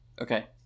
Okay